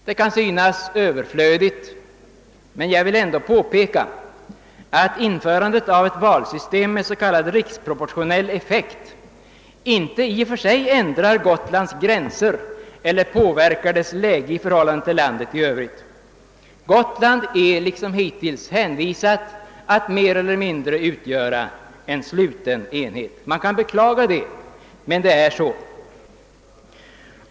Det kan synas överflödigt, men jag vill ändå påpeka att införandet av ett valsystem med s.k. riksproportionell effekt inte i och för sig ändrar Gotlands gränser eller påverkar dess läge i förhållande till landet i övrigt. Gotland är liksom hittills hänvisat till att mer eller mindre utgöra en sluten enhet. Man kan beklaga det, men det är så.